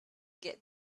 get